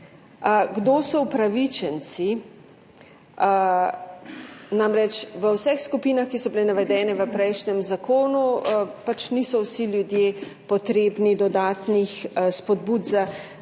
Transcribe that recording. kdo so upravičenci. Namreč v vseh skupinah, ki so bile navedene v prejšnjem zakonu, pač niso vsi ljudje potrebni dodatnih spodbud za dvig